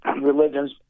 religions